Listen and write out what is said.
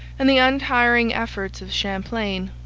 and the untiring efforts of champlain,